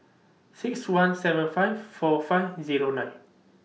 six one seven five four five Zero nine